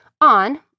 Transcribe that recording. on